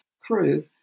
crew